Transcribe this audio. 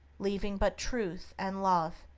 leaving but truth, and love,